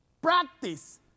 practice